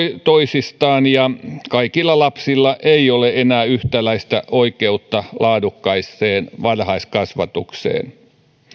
toisistaan ja kaikilla lapsilla ei ole enää yhtäläistä oikeutta laadukkaaseen varhaiskasvatukseen